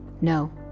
No